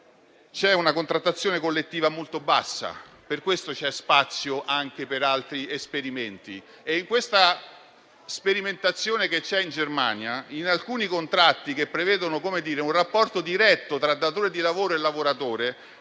c'è una contrattazione collettiva molto bassa; per questo c'è spazio anche per altri esperimenti. Nella sperimentazione che c'è in Germania, in alcuni contratti che prevedono un rapporto diretto tra datore di lavoro e lavoratore